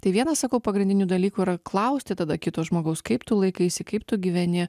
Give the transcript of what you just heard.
tai vienas sakau pagrindinių dalykų yra klausti tada kito žmogaus kaip tu laikaisi kaip tu gyveni